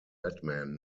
redman